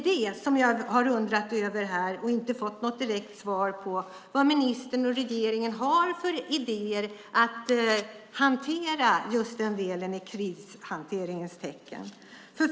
Det är vad jag undrat över här och inte fått något direkt svar på, nämligen vad ministern och regeringen har för idéer för den delen i krishanteringens tecken.